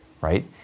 right